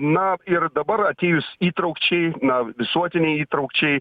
na ir dabar atėjus įtraukčiai na visuotinei įtraukčiai